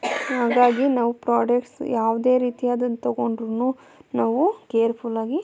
ಹಾಗಾಗಿ ನಾವು ಪ್ರೋಡಕ್ಟ್ಸ್ ಯಾವುದೇ ರೀತಿಯದನ್ನ ತಗೊಂಡ್ರೂ ನಾವು ಕೇರ್ಫುಲ್ಲಾಗಿ